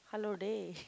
hello dey